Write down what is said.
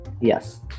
Yes